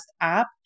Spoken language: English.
app